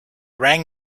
rang